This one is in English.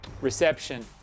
reception